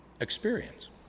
experience